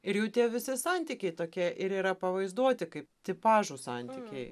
ir jų tie visi santykiai tokie ir yra pavaizduoti kaip tipažų santykiai